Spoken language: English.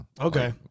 okay